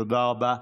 תודה רבה.